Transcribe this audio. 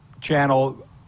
Channel